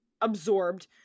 absorbed